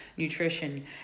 nutrition